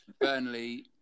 Burnley